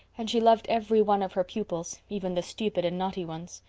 and she loved every one of her pupils, even the stupid and naughty ones.